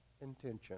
intention